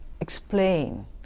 explain